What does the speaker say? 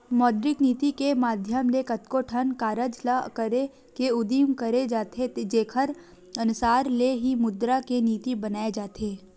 मौद्रिक नीति के माधियम ले कतको ठन कारज ल करे के उदिम करे जाथे जेखर अनसार ले ही मुद्रा के नीति बनाए जाथे